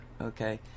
Okay